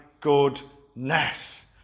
goodness